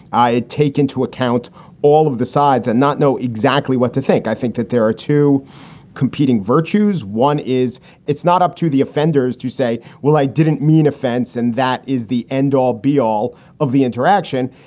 i take into account all of the sides and not know exactly what to think. i think that there are two competing virtues. one is it's not up to the offenders to say, well, i didn't mean offense. and that is the end all be all of the interaction.